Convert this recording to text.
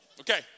Okay